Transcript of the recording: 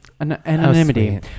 Anonymity